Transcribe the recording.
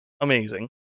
amazing